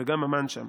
וגם המן שם.